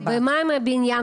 מה אתה בכלל בא אלי?